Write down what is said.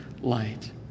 light